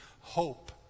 hope